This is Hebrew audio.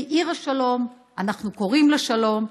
מעיר השלום אנחנו קוראים לשלום,